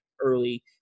early